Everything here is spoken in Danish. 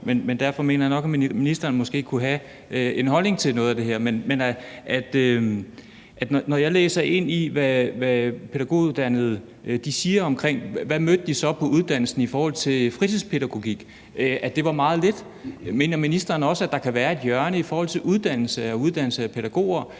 men derfor mener jeg nok, at ministeren måske kunne have en holdning til noget af det her. Og når jeg læser, hvad nogle pædagoguddannede siger, når de bliver spurgt om, hvad de så mødte på uddannelsen i forhold til fritidspædagogik, viser det sig, at det var meget lidt. Mener ministeren også, at der kan være et forsømt hjørne i forhold til uddannelse af pædagoger,